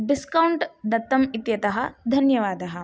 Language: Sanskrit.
डिस्कौण्ट् दत्तम् इत्यतः धन्यवादः